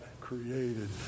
created